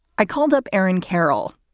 i called up aaron carroll,